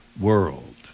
world